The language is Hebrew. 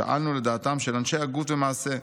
שאלנו לדעתם של אנשי הגות ומעשה,